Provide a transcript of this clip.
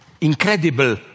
incredible